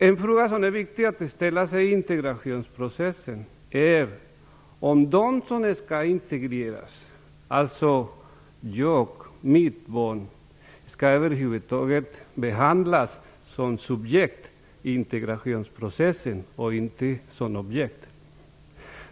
En fråga som är viktig att ställa sig i integrationsprocessen är om de som nu skall integreras, t.ex. jag och mitt barn, över huvud taget skall behandlas som subjekt i integrationsprocessen och inte som objekt.